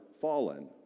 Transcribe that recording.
fallen